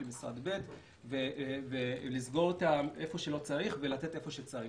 למשרד ב' ולסגור איפה שלא צריך ולתת איפה שצריך.